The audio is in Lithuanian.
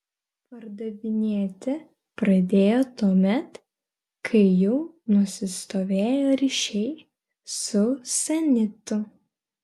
pardavinėti pradėjo tuomet kai jau nusistovėjo ryšiai su sanitu